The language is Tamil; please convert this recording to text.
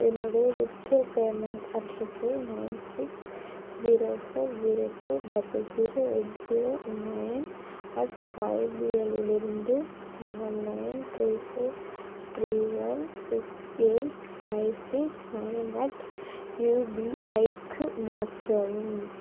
என்னுடைய விர்ச்சுவல் பேமெண்ட் அட்ரஸை nine six zero four zero two double zero eight zero nine at ஒய்பிஎல்லிருந்து seven nine three four three one six eight five six nine at யூபிஐக்கு மாற்றவும்